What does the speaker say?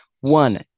One